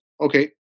okay